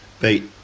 Beat